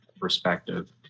perspective